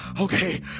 Okay